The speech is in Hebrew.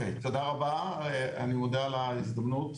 תודה רבה, אני מודה על ההזדמנות.